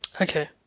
Okay